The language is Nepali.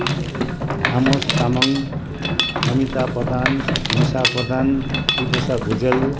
आमोस तामाङ नमिता प्रधान निशा प्रधान त्रिपुसा भुजेल